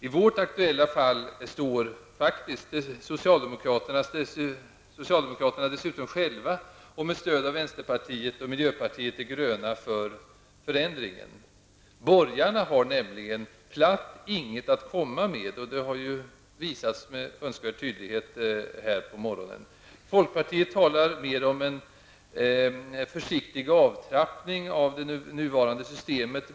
I vårt aktuella fall står socialdemokraterna dessutom själva, med stöd av vänsterpartiet och miljöpartiet de gröna, för förändringen. Borgarna har nämligen platt inget att komma med, och det har ju visats med all önskvärd tydlighet här på morgonen. Folkpartiet talar om en försiktig avtrappning av det nuvarande systemet.